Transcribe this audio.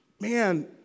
Man